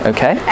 Okay